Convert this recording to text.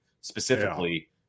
specifically